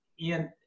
Ian